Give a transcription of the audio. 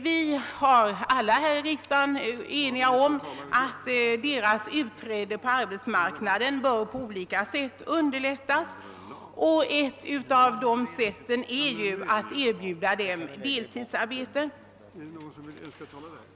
Vi är alla här i riksdagen eniga om att kvinnornas utträde på arbetsmarknaden bör på olika sätt underlättas, och ett av sätten är ju att erbjuda kvinnorna deltidsarbete.